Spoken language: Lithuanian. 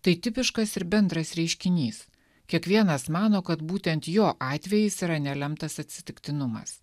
tai tipiškas ir bendras reiškinys kiekvienas mano kad būtent jo atvejis yra nelemtas atsitiktinumas